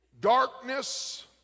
darkness